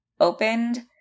opened